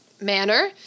manner